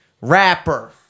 rapper